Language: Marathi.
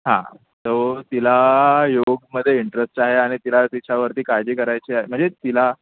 हां तो तिला योगमध्ये इंटरेस्ट आहे आणि तिला तिच्यावरती काळजी करायची आहे म्हणजे तिला